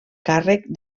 càrrec